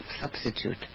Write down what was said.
substitute